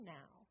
now